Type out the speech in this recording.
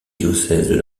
diocèses